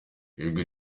ijwi